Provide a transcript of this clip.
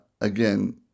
again